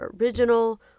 original